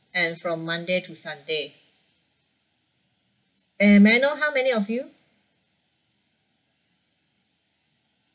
and from monday to sunday and may I know how many of you